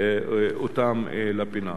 אותם לפינה".